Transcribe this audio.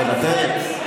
מוותרת,